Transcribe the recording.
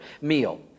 meal